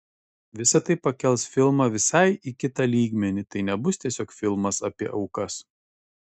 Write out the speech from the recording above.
visa tai pakels filmą visai į kitą lygmenį tai nebus tiesiog filmas apie aukas